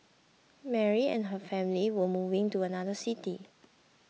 Mary and her family were moving to another city